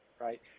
right